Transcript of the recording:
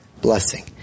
blessing